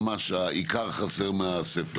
ממש העיקר חסר מהספר.